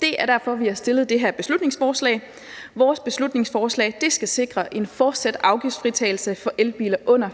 Det er derfor, vi har fremsat det her beslutningsforslag. Vores beslutningsforslag skal sikre en fortsat afgiftsfritagelse for elbiler under